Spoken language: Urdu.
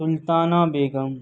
سلطانہ بیگم